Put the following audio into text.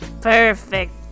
Perfect